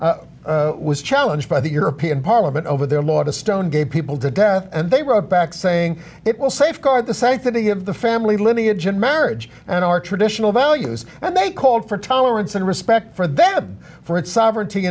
i was challenged by the european parliament over their law to stone gay people to death and they wrote back saying it will safeguard the sanctity of the family lineage in marriage and in our traditional values and they called for tolerance and respect for them for its sovereignty